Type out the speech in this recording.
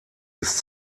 ist